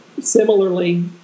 Similarly